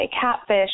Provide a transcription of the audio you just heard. catfish